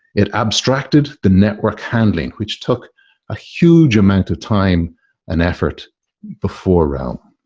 it abstracted the network handling, which took a huge amount of time and effort before realm.